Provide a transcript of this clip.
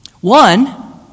one